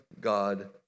God